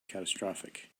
catastrophic